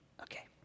Okay